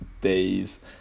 days